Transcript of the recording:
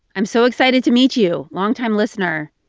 i'm so excited to meet you. longtime listener,